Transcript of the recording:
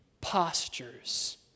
postures